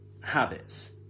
habits